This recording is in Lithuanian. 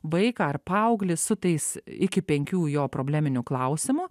vaiką ar paauglį su tais iki penkių jo probleminių klausimų